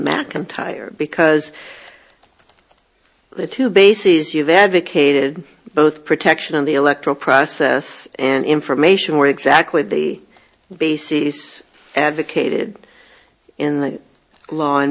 macintyre because the two bases you've advocated both protection of the electoral process and information were exactly the bases advocated in the law